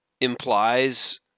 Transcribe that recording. implies